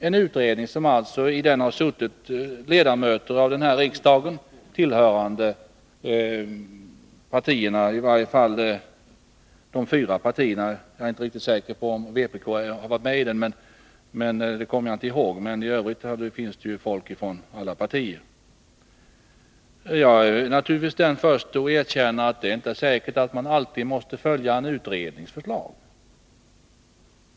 I utredningen har suttit ledamöter av denna riksdag tillhörande i varje fall de fyra största partierna — jag kommer inte ihåg om vpk var representerat i den. Jag är naturligtvis den förste att erkänna att man inte måste följa en utrednings förslag.